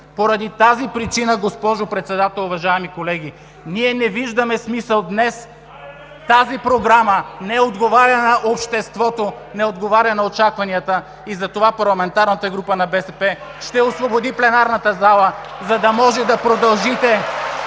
Поради тази причина, госпожо Председател, уважаеми колеги, ние не виждаме смисъл – тази програма днес не отговаря на очакванията на обществото, и затова парламентарната група на БСП ще освободи пленарната зала, за да може да продължите